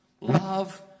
Love